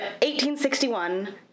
1861